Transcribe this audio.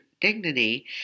dignity